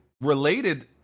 related